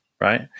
right